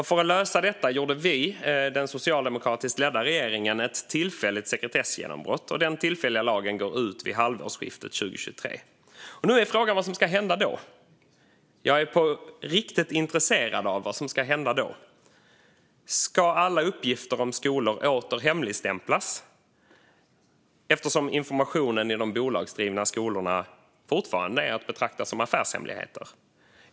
För att lösa detta gjorde vi, den socialdemokratiskt ledda regeringen, ett tillfälligt sekretessgenombrott, och den tillfälliga lagen går ut vid halvårsskiftet 2023. Nu är frågan vad som ska hända då. Jag är på riktigt intresserad av vad som ska hända då. Ska alla uppgifter om skolor åter hemligstämplas eftersom informationen inom de bolagsdrivna skolorna fortfarande är att betrakta som affärshemligheter?